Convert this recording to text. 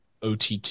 OTT